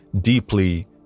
deeply